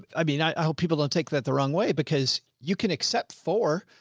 i mean, i hope people don't take that the wrong way because you can accept for,